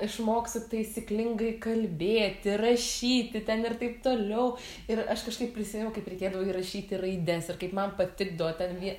išmoksiu taisyklingai kalbėti rašyti ten ir taip toliau ir aš kažkaip prisimenu kaip reikėdavo įrašyti raides ir kaip man patikdavo ten vie